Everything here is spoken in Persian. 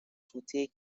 فوتی